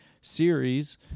series